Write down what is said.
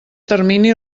termini